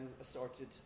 assorted